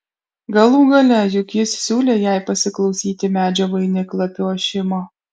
galų gale juk jis siūlė jai pasiklausyti medžio vainiklapių ošimo